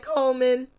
Coleman